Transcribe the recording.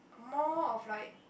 more of like